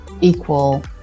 equal